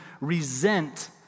resent